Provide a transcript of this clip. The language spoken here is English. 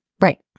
Right